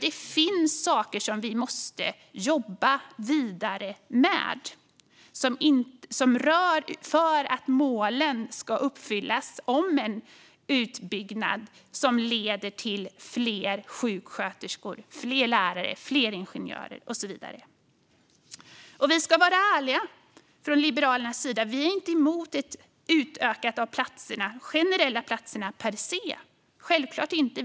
Det finns saker som vi måste jobba vidare med för att målen ska uppfyllas om en utbyggnad som leder till fler sjuksköterskor, fler lärare och fler ingenjörer. Vi ska vara ärliga från Liberalernas sida. Vi är självklart inte emot ett utökande av de generella platserna per se.